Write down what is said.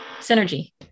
Synergy